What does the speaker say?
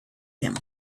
him